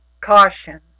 caution